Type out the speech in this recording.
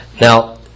Now